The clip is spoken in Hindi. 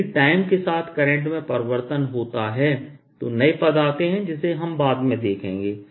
यदि टाइम के साथ करंट में परिवर्तन होता है तो नए पद आते हैं जिसे हम बाद में देखेंगे